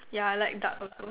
yeah I like dark also